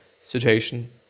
situation